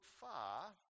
far